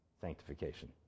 sanctification